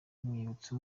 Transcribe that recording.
bimwibutsa